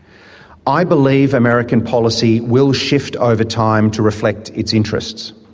i believe american policy will shift over time to reflect its interests.